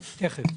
תכף.